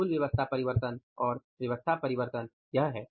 कुल व्यवस्था परिवर्तन और व्यवस्था परिवर्तन यह है